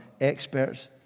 experts